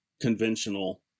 conventional